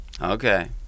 Okay